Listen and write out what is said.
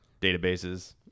databases